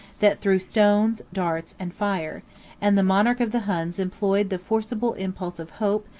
that threw stones, darts, and fire and the monarch of the huns employed the forcible impulse of hope,